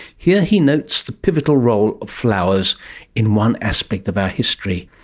here he notes the pivotal role of flowers in one aspect of our history,